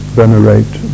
venerate